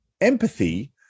empathy